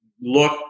look